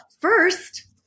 first